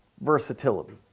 versatility